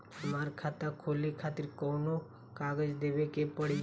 हमार खाता खोले खातिर कौन कौन कागज देवे के पड़ी?